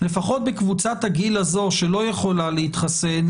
לפחות בקבוצת הגיל הזו שלא יכולה להתחסן,